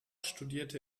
studierte